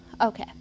Okay